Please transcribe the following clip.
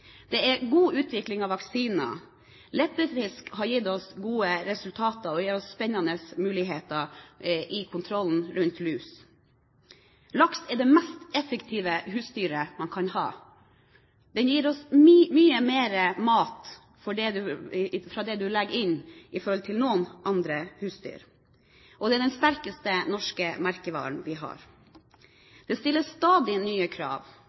Det er god utvikling av vaksiner. Leppefisk har gitt oss gode resultater og gir oss spennende muligheter i kontrollen rundt lus. Laks er det mest effektive husdyret man kan ha. Den gir oss mye mer mat – ut fra hva du legger inn – enn noen andre husdyr. Og det er den sterkeste norske merkevaren vi har. Det stilles stadig nye krav.